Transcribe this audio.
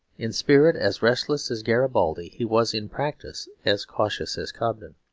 in spirit as restless as garibaldi, he was in practice as cautious as cobden.